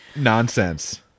Nonsense